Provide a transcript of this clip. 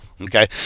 okay